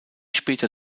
später